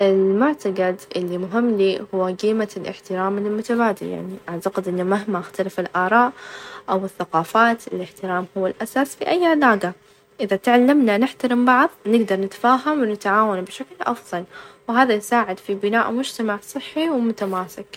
أفظل إن البلدان تركز على حل مشكلة الأرظ أولًا، يعني في أشياء مثل: الفقر، التغير المناخي، والصحة تحتاج إهتمام عاجل، يعني بعدين استكشاف الفظاء مهم بس لازم يكون عندنا أساس قوي على الأرظ لمن نحل مشاكلنا الأساسية ، نقدر نواجه مواردنا، والاستكشاف بشكل أفظل، ونستفيد منه في تحسين حياتنا هنا.